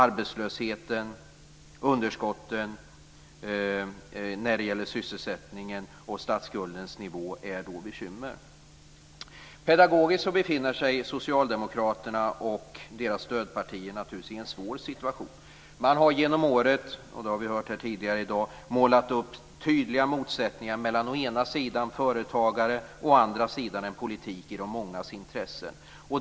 Arbetslösheten och underskotten när det gäller sysselsättningen och statsskuldens nivå är då bekymmer. Pedagogiskt befinner sig socialdemokraterna och deras stödpartier naturligtvis i en svår situation. Man har genom åren - det har vi hört här tidigare i dag - målat upp tydliga motsättningar mellan å ena sidan företagare och å andra sidan en politik i de mångas intresse.